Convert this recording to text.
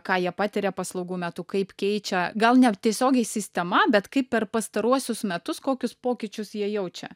ką jie patiria paslaugų metu kaip keičia gal ne tiesiogiai sistema bet kaip per pastaruosius metus kokius pokyčius jie jaučia